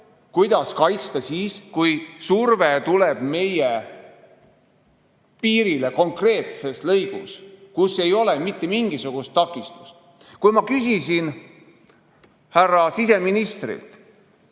kuidas kaitsta siis, kui surve tuleb meie piirile konkreetses lõigus, kus ei ole mitte mingisugust takistust. Ma küsisin härra siseministrilt,